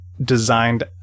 designed